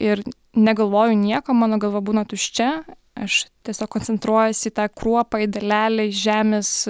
ir negalvoju nieko mano galva būna tuščia aš tiesiog koncentruojuosi į tą kruopą į dalelę į žemės